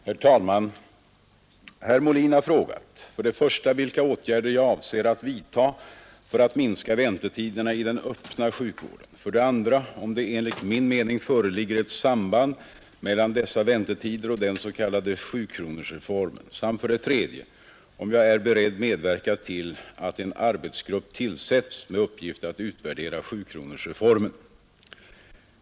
Herr talman! Herr Molin har frägat 1) vilka åtgärder jag avser att vidta för att minska väntetiderna i den öppna sjukvården, 2) om det enligt min mening föreligger ett samband mellan dessa väntetider och den s.k. sjukronorsreformen samt 3) om jag är beredd medverka till att en arbetsgrupp tillsätts med uppgift att utvärdera sjukronorsreformen.